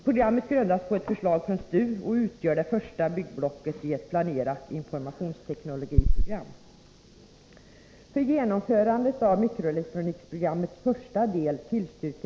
Programmet grundas på ett förslag från STU och utgör det första byggblocket i ett planerat informationsteknologiprogram.